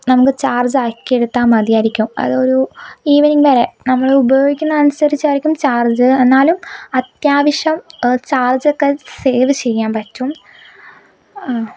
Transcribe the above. നമുക്ക് ചാർജ് ആക്കിയെടുത്താൽ മതിയായിരിക്കും അതൊരു ഈവനിംഗ് വരെ നമ്മള് ഉപയോഗിക്കുന്നതിനനുസരിച്ചായിരിക്കും ചാർജ് എന്നാലും അത്യാവശ്യം ചാർജൊക്കെ സേവ് ചെയ്യാൻ പറ്റും